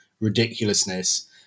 ridiculousness